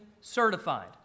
certified